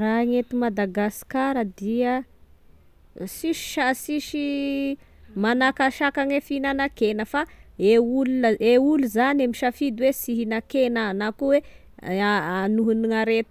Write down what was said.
Raha ny eto Madagasikara dia sisy sa sisy manakasakany e fihinanan-kena, fa eo olon e olo zany e misafidy hoe sy ihinankena ah na koa hoe haha noho gn'are-